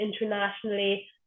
internationally